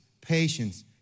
patience